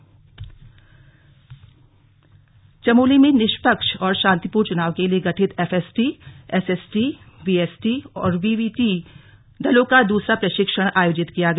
slug प्रशिक्षण चमोली चमोली में निष्पक्ष और शांतिपूर्ण चुनाव के लिए गठित एफएसटी एसएसटी वीएसटी और वीवीटी दलों का दूसरा प्रशिक्षण आयोजित किया गया